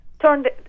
turned